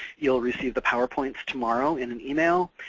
you'll receive the powerpoints tomorrow in an email,